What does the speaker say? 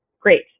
great